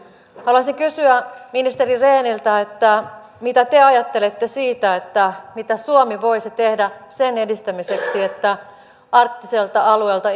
haluaisin kysyä ministeri rehniltä mitä te ajattelette siitä mitä suomi voisi tehdä sen edistämiseksi että arktiselta alueelta